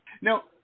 Now